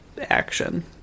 action